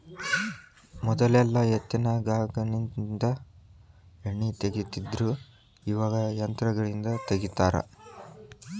ಮೊದಲೆಲ್ಲಾ ಎತ್ತಿನಗಾನದಿಂದ ಎಣ್ಣಿ ತಗಿತಿದ್ರು ಇವಾಗ ಯಂತ್ರಗಳಿಂದ ತಗಿತಾರ